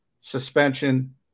suspension